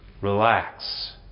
Relax